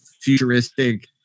futuristic